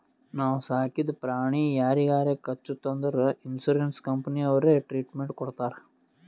ನಾವು ಸಾಕಿದ ಪ್ರಾಣಿ ಯಾರಿಗಾರೆ ಕಚ್ಚುತ್ ಅಂದುರ್ ಇನ್ಸೂರೆನ್ಸ್ ಕಂಪನಿನವ್ರೆ ಟ್ರೀಟ್ಮೆಂಟ್ ಕೊಡ್ತಾರ್